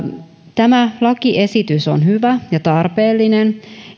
tämä lakiesitys on hyvä ja tarpeellinen